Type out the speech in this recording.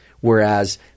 whereas